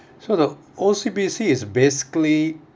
so the O_C_B_C is basically